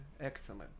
Excellent